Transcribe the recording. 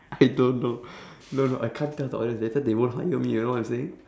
I don't know no no I can't tell the audience later they won't hire me you know what I'm saying